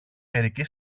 μερικοί